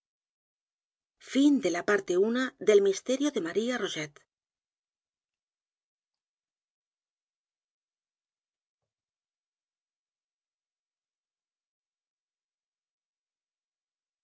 el misterio de maría